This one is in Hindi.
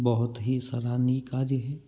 बहुत ही सराहनीय कार्य है